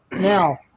Now